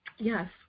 Yes